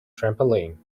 trampoline